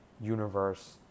universe